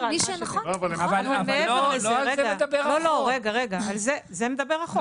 אבל מעבר לזה, רגע, על זה מדבר החוק.